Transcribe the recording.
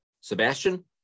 Sebastian